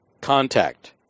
contact